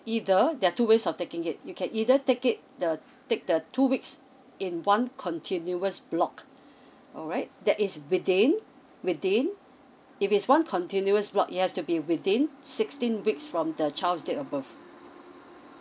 either there are two ways of taking it you can either take it the take the two weeks in one continuous block alright that is within within if it's one continuous block it has to be within sixteen weeks from the child's date of birth